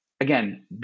again